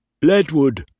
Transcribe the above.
Ledwood